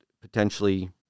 potentially